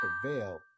prevail